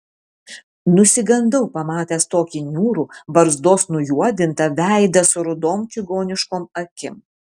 nusigandau pamatęs tokį niūrų barzdos nujuodintą veidą su rudom čigoniškom akim